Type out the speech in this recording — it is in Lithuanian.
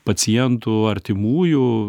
pacientų artimųjų